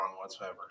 whatsoever